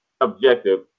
objective